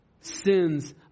Sin's